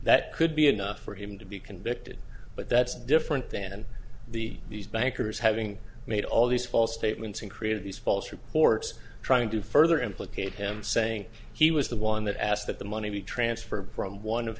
that could be enough for him to be convicted but that's different than the these bankers having made all these false statements and created these false reports trying to further implicate him saying he was the one that asked that the money be transferred from one of